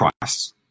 price